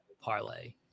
parlay